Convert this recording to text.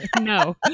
No